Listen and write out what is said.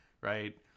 Right